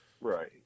Right